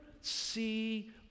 see